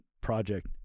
project